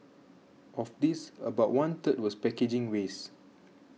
of this about one third was packaging waste